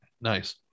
nice